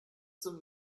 zum